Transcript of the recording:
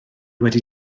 wedi